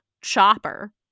Chopper